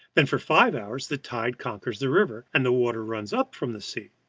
then for five hours the tide conquers the river, and the water runs up from the sea.